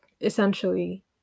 essentially